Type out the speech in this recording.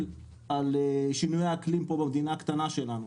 על שינויי האקלים פה במדינה הקטנה שלנו.